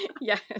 Yes